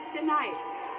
tonight